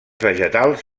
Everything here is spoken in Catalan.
vegetals